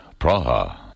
Praha